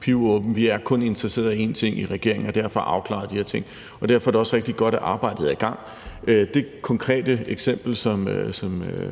pivåben. Vi er kun interesseret i én ting i regeringen, og det er at få afklaret de her ting, og derfor er det også rigtig godt, at arbejdet er i gang. Det konkrete eksempel, som